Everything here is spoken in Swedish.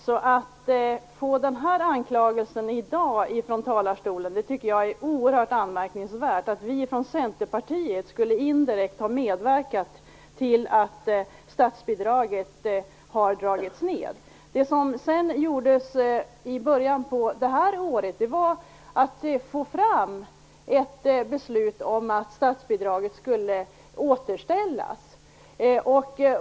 Att i dag få ta emot anklagelserna från talarstolen, att vi från Centerpartiet indirekt skulle ha medverkat till att statsbidraget har minskats, är oerhört anmärkningsvärt. I början av detta år gjordes sedan ett försök att få till stånd ett beslut om att statsbidraget skulle återställas.